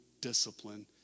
discipline